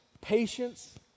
patience